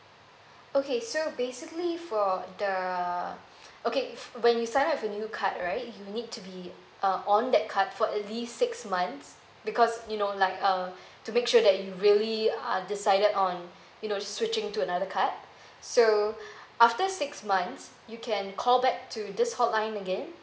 okay so basically for the okay f~ when you sign up for new card right you need to be uh on that card for at least six months because you know like uh to make sure that you really are decided on you know just switching to another card so after six months you can call back to this hotline again